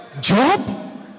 job